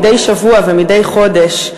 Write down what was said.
מדי שבוע ומדי חודש,